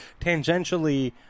tangentially